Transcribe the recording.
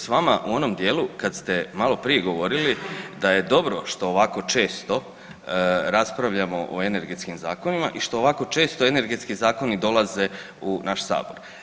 Složit ću se s vama u onom dijelu kad ste maloprije govorili da je dobro što ovako često raspravljamo o energetskim zakonima i što ovako često energetski zakoni dolaze u naš Sabor.